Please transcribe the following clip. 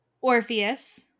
Orpheus